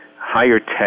higher-tech